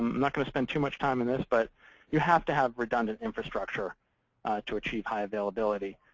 not going to spend too much time on this. but you have to have redundant infrastructure to achieve high availability.